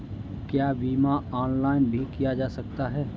क्या बीमा ऑनलाइन भी किया जा सकता है?